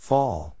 Fall